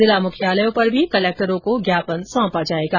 जिला मुख्यालयों पर भी कलेक्टरों को ज्ञापन सौंपा जायेगा